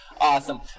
Awesome